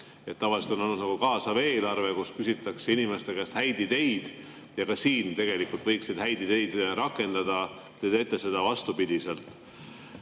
Tavaliselt on olnud kaasav eelarve, kus küsitakse inimeste käest häid ideid. Ka siin tegelikult võiks häid ideid rakendada, aga te teete seda vastupidiselt.